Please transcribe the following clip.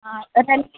ਹਾਂ